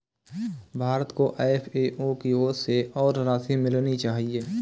भारत को एफ.ए.ओ की ओर से और राशि मिलनी चाहिए